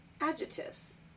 adjectives